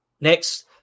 Next